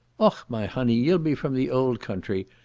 och, my honey, ye'll be from the old country.